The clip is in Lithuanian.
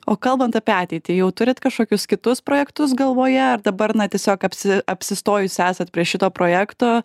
o kalbant apie ateitį jau turit kažkokius kitus projektus galvoje ar dabar na tiesiog apsi apsistojus esat prie šito projekto